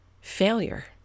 failure